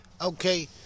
Okay